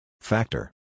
Factor